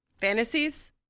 Fantasies